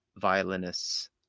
violinists